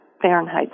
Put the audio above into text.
Fahrenheit